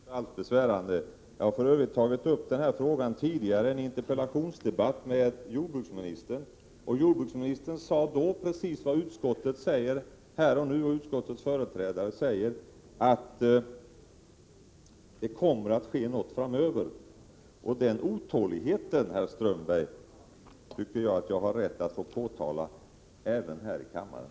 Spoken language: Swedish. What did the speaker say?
Herr talman! Nej, det känns inte alls besvärande. Jag har för övrigt tagit upp denna fråga tidigare i en interpellationsdebatt med jordbruksministern. Jordbruksministern sade då precis vad utskottets företrädare säger här och nu, att det kommer att ske något framöver. Min otålighet inför detta tycker jag, herr Strömberg, att jag har rätt att ge uttryck för även här i kammaren.